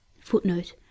footnote